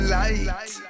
light